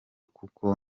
kuko